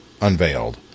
unveiled